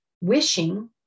Wishing